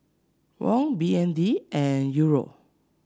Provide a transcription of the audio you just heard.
Won B N D and Euro